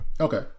Okay